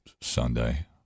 Sunday